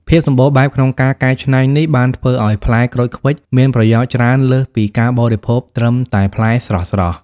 ភាពសម្បូរបែបក្នុងការកែច្នៃនេះបានធ្វើឲ្យផ្លែក្រូចឃ្វិចមានប្រយោជន៍ច្រើនលើសពីការបរិភោគត្រឹមតែផ្លែស្រស់ៗ។